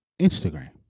instagram